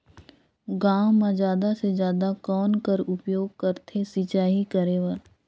गांव म जादा से जादा कौन कर उपयोग करथे सिंचाई करे बर?